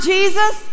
Jesus